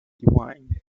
divine